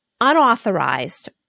unauthorized